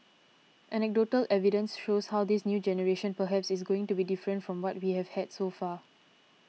anecdotal evidence shows how this new generation perhaps is going to be different from what we have had so far